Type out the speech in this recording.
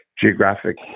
geographic